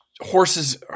horses